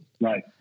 Right